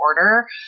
order